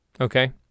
Okay